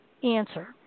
answer